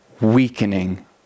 weakening